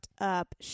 up